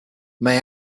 may